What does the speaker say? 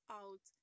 out